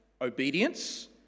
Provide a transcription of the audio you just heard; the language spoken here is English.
obedience